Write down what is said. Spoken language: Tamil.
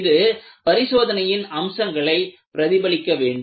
இது பரிசோதனையின் அம்சங்களை பிரதிபலிக்க வேண்டும்